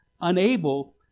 unable